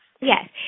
Yes